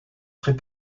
très